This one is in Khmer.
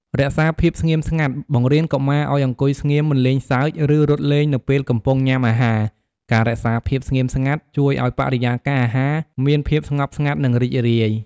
រក្សាភាពស្ងៀមស្ងាត់ បង្រៀនកុមារឲ្យអង្គុយស្ងៀម មិនលេងសើច ឬរត់លេងនៅពេលកំពុងញ៉ាំអាហារ ការរក្សាភាពស្ងៀមស្ងាត់ជួយឲ្យបរិយាកាសអាហារមានភាពស្ងប់ស្ងាត់ និងរីករាយ។